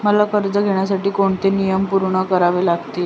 मला कर्ज घेण्यासाठी कोणते नियम पूर्ण करावे लागतील?